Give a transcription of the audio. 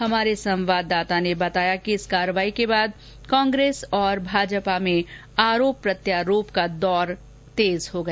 हमारे संवाददाता ने बताया कि इस कार्यवाही के बाद कांग्रेस और भाजपा में आरोप प्रत्यारोप का दौर तेज हो गया